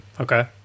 Okay